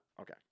Okay